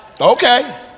Okay